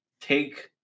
take